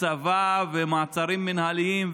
צבא ומעצרים מינהליים,